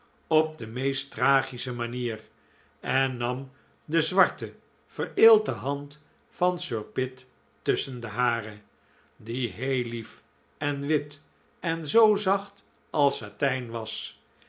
op de meest tragische manier en nam de zwarte vereelte hand van sir pitt tusschen de hare die heel lief en wit en zoo zacht als satijn was